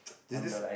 there's this